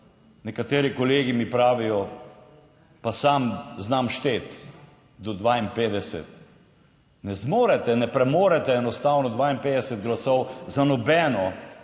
Nekateri kolegi mi pravijo, pa sam znam šteti do 52, ne zmorete, ne premorete enostavno 52 glasov za nobeno,